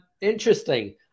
interesting